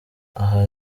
aha